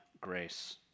grace